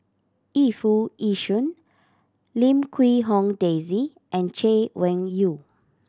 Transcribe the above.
Yu Foo Yee Shoon Lim Quee Hong Daisy and Chay Weng Yew